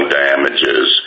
damages